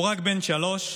הוא רק בן שלוש,